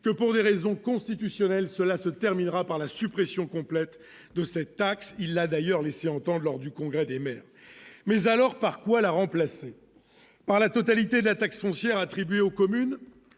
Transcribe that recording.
que pour des raisons constitutionnelles cela se terminera par la suppression complète de cette taxe, il a d'ailleurs laissé entendre lors du congrès des maires, mais alors, par quoi la remplacer par la totalité de la taxe foncière attribuée aux communes